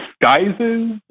disguises